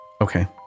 okay